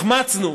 החמצנו